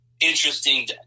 interesting